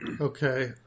Okay